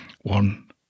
One